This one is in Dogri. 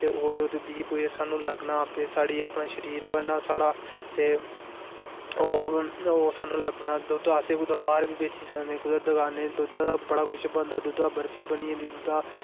ओह् दुद्ध पीऐ सानू लग्गना फ्ही साढ़ी अपनी शरिर बनना साढ़ा ते ओह् सानू लग्गना दुद्ध असें कुतै बाहर बेची सकदे कुतै दकान पर दुद्धै दा बडा़ कुछ बनदा दुद्धै दी बर्फी बनी जंदी दुद्धै दा